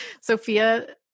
Sophia